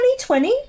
2020